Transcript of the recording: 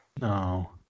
No